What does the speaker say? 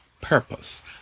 purpose